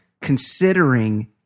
considering